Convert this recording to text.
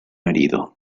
herido